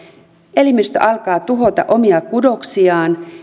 elimistö alkaa tuhota omia kudoksiaan